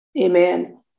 Amen